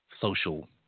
social